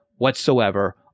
whatsoever